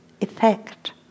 effect